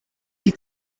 die